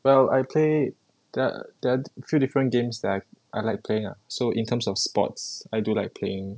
well I played the the three different games that I like playing ah so in terms of sports I do like playing